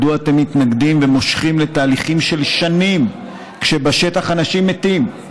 מדוע אתם מתנגדים ומושכים לתהליכים של שנים כשבשטח אנשים מתים?